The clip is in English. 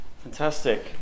Fantastic